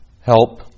Help